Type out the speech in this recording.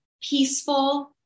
peaceful